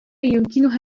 يمكنها